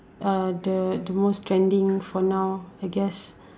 uh the the most trending for now I guess